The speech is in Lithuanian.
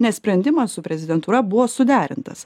nes sprendimą su prezidentūra buvo suderintas